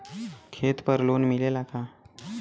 खेत पर लोन मिलेला का?